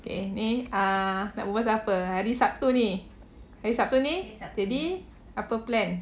okay ni uh nak berbual pasal apa hari sabtu ni hari sabtu ni jadi apa plan